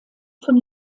von